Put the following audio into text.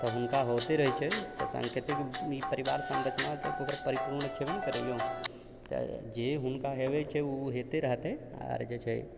तऽ हुनका होते रहै छै साङ्केतिक परिवार संरचना तऽ ओकर परिपूर्ण छेबे नहि करै तऽ जे हुनका हेबै छै ओ होतै रहतै आओर जे छै